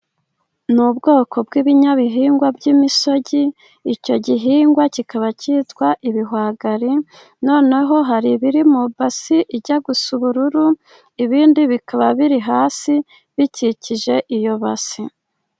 Ni ubwoko bw' ibinyabihingwa by' imishogi, icyo gihingwa kikaba cyitwa ibihwagari, noneho hari ibiri mu base ijya gusa ubururu, ibindi bikaba biri hasi bikikije iyo base.